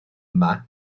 yma